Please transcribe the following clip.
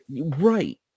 right